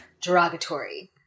derogatory